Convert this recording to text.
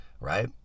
Right